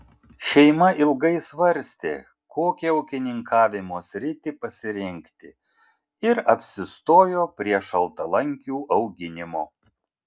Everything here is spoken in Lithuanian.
šeima ilgai svarstė kokią ūkininkavimo sritį pasirinkti ir apsistojo prie šaltalankių auginimo